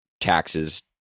taxes